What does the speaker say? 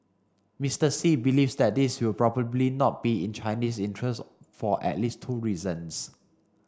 Mister Xi believes that this will probably not be in Chinese interests for at least two reasons